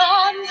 on